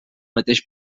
mateix